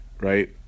right